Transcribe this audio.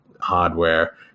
hardware